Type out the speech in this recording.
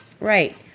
right